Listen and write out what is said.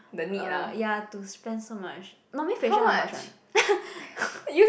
uh ya to spend so much normally facial how much one